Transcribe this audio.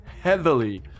heavily